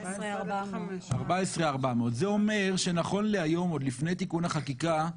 14,400. זה אומר שנכון להיום עוד לפני תיקון החקיקה,